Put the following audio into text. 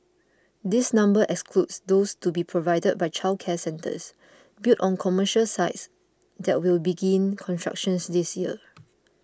this number excludes those to be provided by childcare centres built on commercial sites that will begin constructions this year